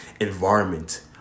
environment